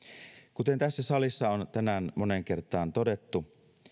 kuten tässä salissa on tänään moneen kertaan todettu